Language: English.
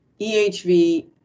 EHV